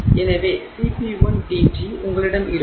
எனவே Cp1dT உங்களிடம் இருக்கும்